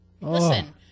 Listen